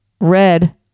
red